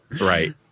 right